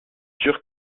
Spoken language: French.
sûr